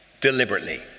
Deliberately